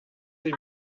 sie